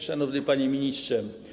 Szanowny Panie Ministrze!